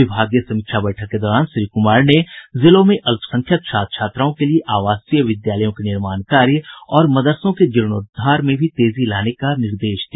विभागीय समीक्षा बैठक के दौरान श्री कुमार ने जिलों में अल्पसंख्यक छात्र छात्राओं के लिये आवासीय विद्यालयों के निर्माण कार्य और मदरसों के जीर्णोद्वार में भी तेजी लाने का निर्देश दिया